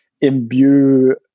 imbue